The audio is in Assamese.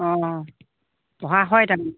অঁ পঢ়া হয় তাৰমানে